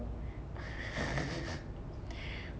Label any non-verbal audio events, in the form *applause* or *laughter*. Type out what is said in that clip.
*laughs*